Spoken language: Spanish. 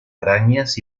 arañas